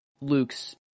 Luke's